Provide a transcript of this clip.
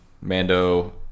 Mando